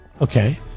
Okay